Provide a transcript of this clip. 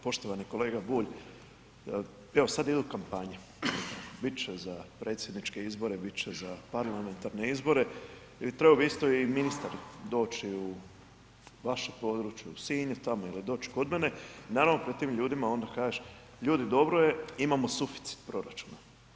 Poštovani kolega Bulj, evo sad idu kampanje, bit će za predsjedniče izbore, bit će za parlamentarne izbore i trebao bi isto i ministar doći u vaše područje u Sinj tamo ili doći kod mene i naravno pred tim ljudima onda kažeš, ljudi dobro je imamo suficit proračuna.